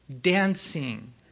dancing